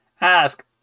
Ask